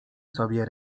sobie